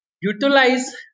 utilize